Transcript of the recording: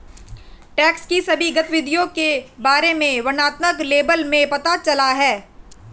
tax की सभी गतिविधियों के बारे में वर्णनात्मक लेबल में पता चला है